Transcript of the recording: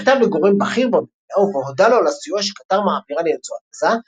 מכתב לגורם בכיר במדינה ובו הודה לו על הסיוע שקטר מעבירה לרצועת עזה,